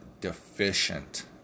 deficient